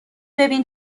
ببین